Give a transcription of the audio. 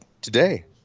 today